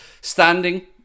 standing